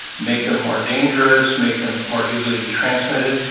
make them more dangerous, make them more easily to be transmitted.